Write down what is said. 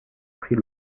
prit